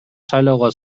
шайлоого